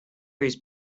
whose